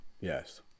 Yes